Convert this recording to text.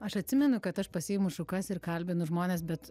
aš atsimenu kad aš pasiimu šukas ir kalbinu žmones bet